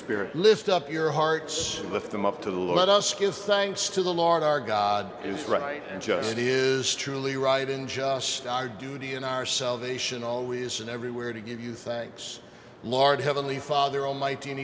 spirit lift up your hearts lift them up to let us give thanks to the lord our god is right and just is truly right in just our duty in our salvation always and everywhere to give you thanks lard heavenly father almighty an